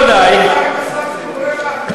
מה עם השר שקורא לאזרחים להחרים את אזרחיו?